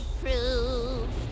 proof